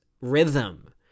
rhythm